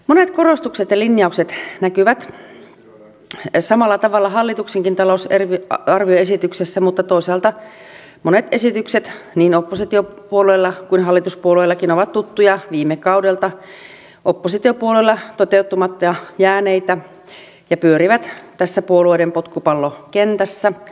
monet korostukset ja linjaukset näkyvät samalla tavalla hallituksenkin talousarvioesityksessä mutta toisaalta monet esitykset niin oppositiopuolueilla kuin hallituspuolueillakin ovat tuttuja viime kaudelta oppositiopuolueilla toteutumatta jääneitä ja pyörivät tässä puolueiden potkupallokentässä